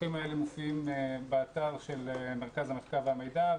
המסמכים האלה מופיעים באתר של מרכז המחקר והמידע.